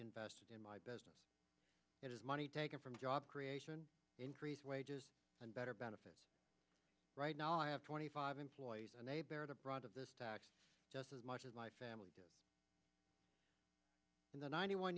invested in my business it is money taken from job creation increased wages and better benefits right now i have twenty five employees and they bear the brunt of this tax just as much as my family did in the ninety one